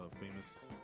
famous